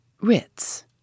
Ritz